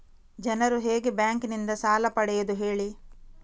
ಜನರು ಹೇಗೆ ಬ್ಯಾಂಕ್ ನಿಂದ ಸಾಲ ಪಡೆಯೋದು ಹೇಳಿ